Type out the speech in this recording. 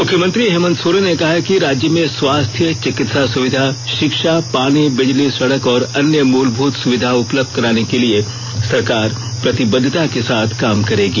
मुख्यमंत्री हेमन्त सोरेन ने कहा है कि राज्य में स्वास्थ्य चिकित्सा सुविधा शिक्षा पानी बिजली सड़क और अन्य मूलभूत सुविधा उपलब्ध कराने के लिए सरकार प्रतिबद्वता से काम करेगी